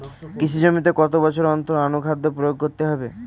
কৃষি জমিতে কত বছর অন্তর অনুখাদ্য প্রয়োগ করতে হবে?